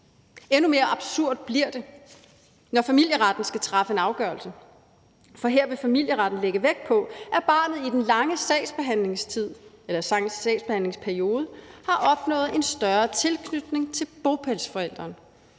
Endnu mere absurd bliver det, når familieretten skal træffe en afgørelse, for her vil familieretten lægge vægt på, at barnet i den lange sagsbehandlingsperiode har opnået en større tilknytning til bopælsforælderen.